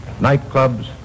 nightclubs